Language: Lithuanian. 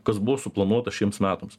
kas buvo suplanuota šiems metams